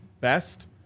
best